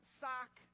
sock